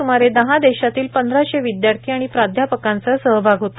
यामध्ये सुमारे दहा देशातील पंधराशे विद्यार्थी आणि प्राध्यापकाचा सहभाग होता